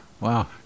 Wow